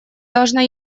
должна